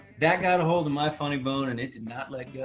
that got a hold of my funny bone and it did not let go.